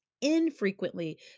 infrequently